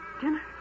Dinner